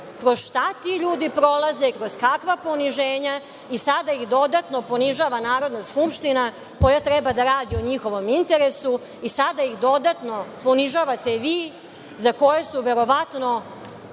kroz šta ti ljudi prolaze, kroz kakva poniženja i sada ih dodatno ponižava Narodna skupština, koja treba da radi u njihovom interesu, i sada ih dodatno ponižavate vi, za koje su verovatno